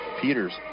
Peters